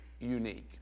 unique